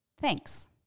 thanks